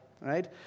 right